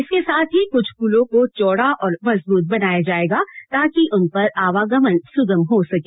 इसके साथ ही कृछ पुलों को चौडा और मजबूत बनाया जायेगा ताकि उन पर आवागमन सुगम हो सके